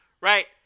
right